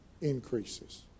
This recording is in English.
increases